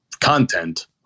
content